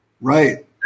right